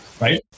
right